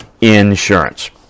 insurance